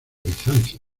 bizancio